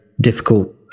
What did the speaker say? difficult